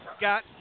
got